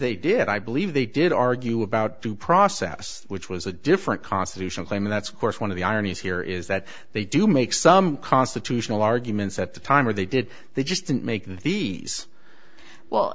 they did i believe they did argue about due process which was a different constitutional claim and that's of course one of the ironies here is that they do make some constitutional arguments at the time or they did they just didn't make these well